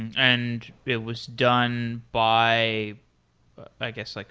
and it was done by i guess, like